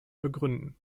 begründen